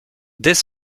dès